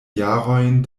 jarojn